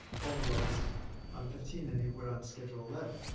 overloads on fifteen then they would on schedule eleven.